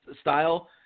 style